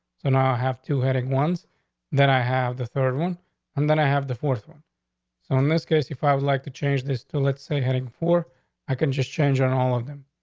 so now i have two headache ones that i have the third one and then i have the fourth one so this case. if i would like to change this to, let's say, heading for i can just change on all of them.